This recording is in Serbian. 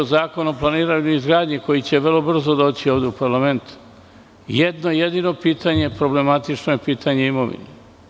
Zakon o planiranju i izgradnji će vrlo brzo doći ovde u parlament, gde je problematično pitanje imovine.